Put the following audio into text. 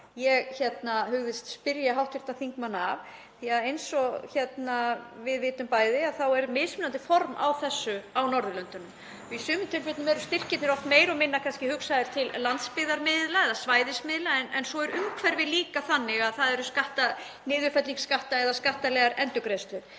ég hugðist spyrja hv. þingmann að. Eins og við vitum bæði er mismunandi form á þessu á Norðurlöndunum. Í sumum tilfellum eru styrkirnir oft meira og minna hugsaðir til landsbyggðarmiðla eða svæðismiðla en svo er umhverfið líka þannig að það er niðurfelling skatta eða skattalegar endurgreiðslur.